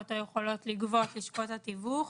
אותו יכולות לגבות לשכות התיווך,